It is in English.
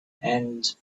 and